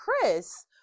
Chris